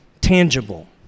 tangible